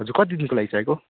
हजुर कति दिनको लागि चाहिएको